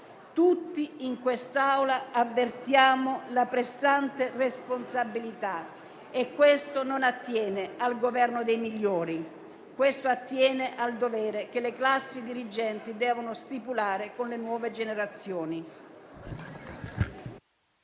tutti in quest'Aula avvertiamo la pressante responsabilità. E questo non attiene al Governo dei migliori, ma al dovere che le classi dirigenti devono stipulare con le nuove generazioni.